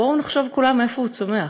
בואו נחשוב כולנו מאיפה הוא צומח.